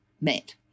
met